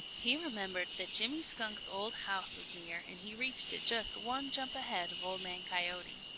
he remembered that jimmy skunk's old house was near, and he reached it just one jump ahead of old man coyote.